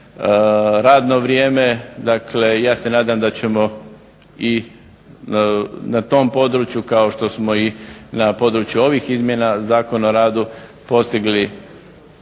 radno vrijeme. Dakle, ja se nadam da ćemo i na tom području kao što smo i na području ovih izmjena Zakona o radu postigli